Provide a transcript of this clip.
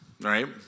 right